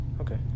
okay